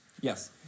yes